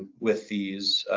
with these